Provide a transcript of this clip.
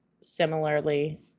similarly